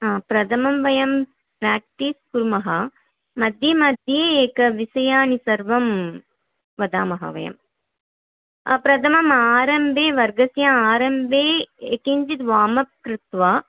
हा प्रथमं वयं प्रेक्टीस् कुर्मः मध्ये मध्ये एकविषयाणि सर्वं वदामः वयं प्रथमम् आरम्भे वर्गस्य आरम्भे किञ्चित् वार्मप् कृत्वा